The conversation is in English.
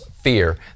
fear